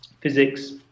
physics